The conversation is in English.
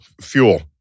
fuel